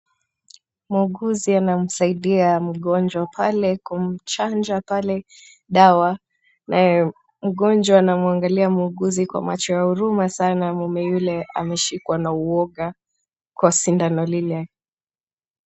Muuguzi anamsaidia mgonjwa pale kumchanja pale dawa nayo mgonjwa anamwangalia muuguzi kwa macho ya huruma sana. Mume yule ameshikwa na uwoga kwa sindano lile.